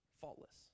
Faultless